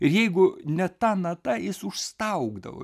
ir jeigu ne ta nata jis užstaugdavo